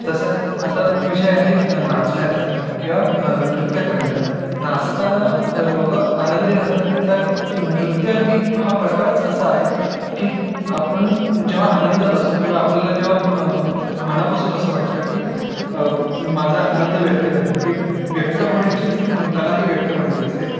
तसं आता विषय आहे नाचण्याचा किंवा नृत्यकलेचा नाचताना लोक आनंदी राहतात कारण का नृत्य ही हा प्रकारच असा आहे की आपण जेव्हां आनंदात असतो किंवा आपल्याला जेव्हा मनापासून असं वाटतं की माझा आनंद व्यक्त कराय की व्यक्त होण्याचीच कला ही व्यक्त हा होण्याची असते